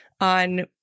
on